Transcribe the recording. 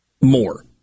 more